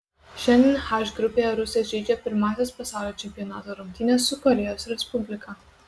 šiandien h grupėje rusai žaidžia pirmąsias pasaulio čempionato rungtynes su korėjos respublika